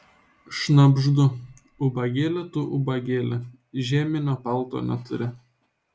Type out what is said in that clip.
šnabždu ubagėli tu ubagėli žieminio palto neturi